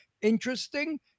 interesting